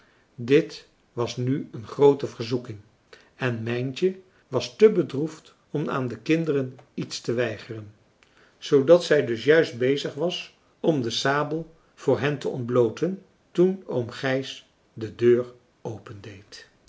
dit was nu een groote verzoeking en mijntje was te bedroefd om aan de kinderen iets te weigeren zoodat zij dus juist bezig was om de sabel voor hen te ontblooten toen oom gijs de deur